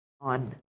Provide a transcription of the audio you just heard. on